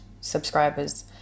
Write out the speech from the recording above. subscribers